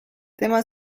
tema